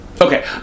Okay